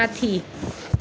माथि